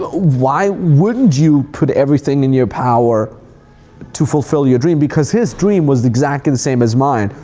why wouldn't you put everything in your power to fulfill your dream? because his dream was exactly the same as mine,